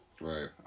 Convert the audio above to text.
Right